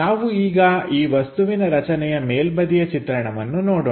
ನಾವು ಈಗ ಈ ವಸ್ತುವಿನ ರಚನೆಯ ಮೇಲ್ಬದಿಯ ಚಿತ್ರಣವನ್ನು ನೋಡೋಣ